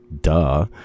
duh